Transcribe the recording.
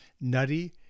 nutty